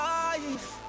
life